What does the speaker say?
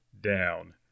down